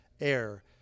air